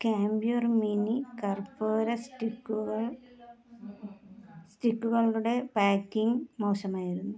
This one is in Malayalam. കാംപ്യുർ മിനി കർപ്പൂര സ്റ്റിക്കുകൾ സ്റ്റിക്കുകളുടെ പാക്കിങ്ങ് മോശമായിരുന്നു